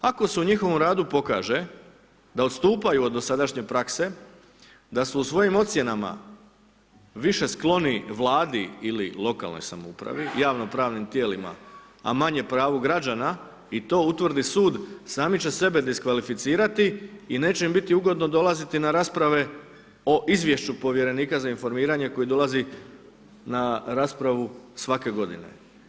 Ako su u njihovom radu pokaže, da odstupaju od dosadašnje prakse, da su u svojim ocjenama više skloni Vladi ili lokalnoj samoupravi, javno pravnim tijelima, a manje pravu građana, i to utvrdi Sud, sami će sebe diskvalificirati i neće im biti ugodno dolaziti na rasprave o Izvješću Povjerenika za informiranje koji dolazi na raspravu svake godine.